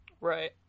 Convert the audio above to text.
Right